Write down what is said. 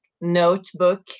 notebook